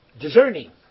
discerning